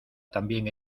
también